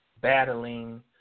Battling